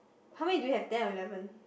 how many do you have ten or eleven